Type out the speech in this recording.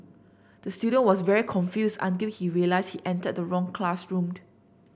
the student was very confused until he realised he entered the wrong classroom